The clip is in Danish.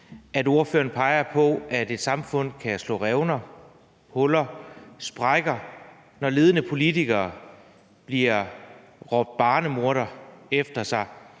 at ordføreren peger på, at et samfund kan slå revner, huller, sprækker, når ledende politikere får råbt »barnemorder« efter sig,